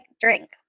Drink